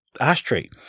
ashtray